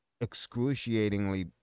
excruciatingly